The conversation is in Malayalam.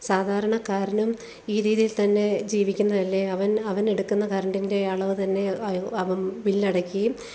സാധാരണകാരനും ഈ രീതിയിൽ തന്നെ ജീവിക്കുന്നതല്ലേ അവൻ അവൻ എടുക്കുന്ന കറണ്ടിൻ്റെ അളവ് തന്നെ അവൻ ബില്ല് അടക്കുകയും